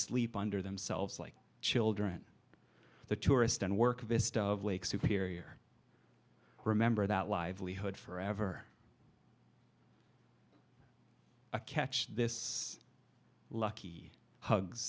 asleep under themselves like children the tourist and work vista of lake superior remember that livelihood forever a catch this lucky hugs